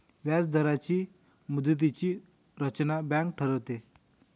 व्याजदरांची मुदतीची रचना बँक ठरवते